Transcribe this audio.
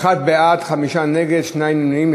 בעד, חמישה נגד, שני נמנעים.